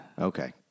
Okay